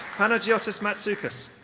panagiotis matsoukas.